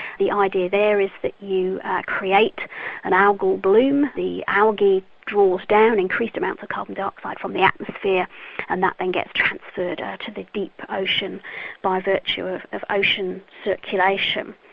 the idea there is that you create an algal bloom. the algae draws down increased amounts of carbon dioxide from the atmosphere and that then gets transferred to the deep ocean by virtue ah of ocean circulation.